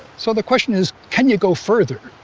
so the question is, can you go further?